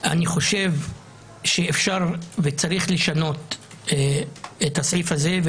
אני חושב שאפשר וצריך לשנות את הסעיף הזה,